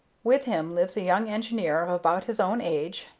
with him lives a young engineer of about his own age,